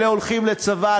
אלה הולכים לצבא,